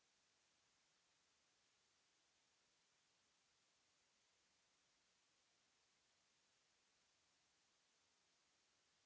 ...